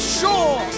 sure